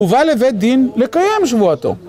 ובא לבית דין לקיים שבועתו.